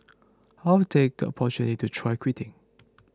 I'll take the opportunity to try quitting